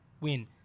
win